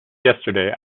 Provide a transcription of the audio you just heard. yesterday